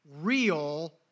real